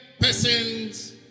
persons